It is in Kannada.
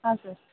ಹಾಂ ಸರ್